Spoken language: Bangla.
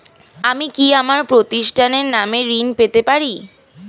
আমি কি আমার প্রতিষ্ঠানের নামে ঋণ পেতে পারি?